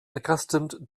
accustomed